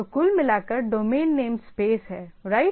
तो कुल मिलाकर डोमेन नेम स्पेस है राइट